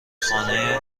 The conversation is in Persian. خانه